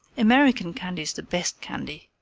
american candy's the best candy.